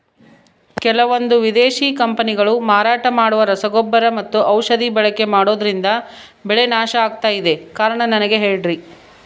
ಕೆಲವಂದು ವಿದೇಶಿ ಕಂಪನಿಗಳು ಮಾರಾಟ ಮಾಡುವ ರಸಗೊಬ್ಬರ ಮತ್ತು ಔಷಧಿ ಬಳಕೆ ಮಾಡೋದ್ರಿಂದ ಬೆಳೆ ನಾಶ ಆಗ್ತಾಇದೆ? ಕಾರಣ ನನಗೆ ಹೇಳ್ರಿ?